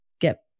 get